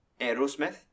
Aerosmith